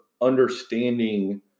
understanding